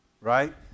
right